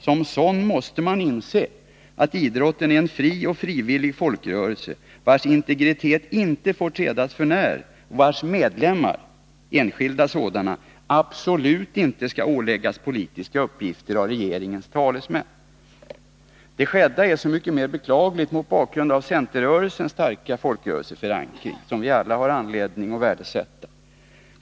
Som sådan måste man inse att idrotten är en fri och frivillig folkrörelse, vars integritet inte får trädas för när och vars enskilda medlemmar absolut inte skall åläggas politiska uppgifter av regeringens talesmän. Det skedda är så mycket mer beklagligt mot bakgrund av centerrörelsens starka folkrörelseförankring, som vi alla har anledning att värdesätta.